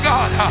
God